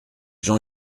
jean